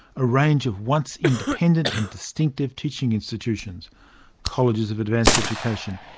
a range of once independent and distinctive teaching institutions colleges of advanced education,